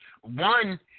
one